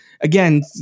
again